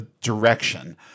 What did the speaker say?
direction